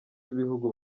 bigihugu